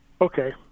Okay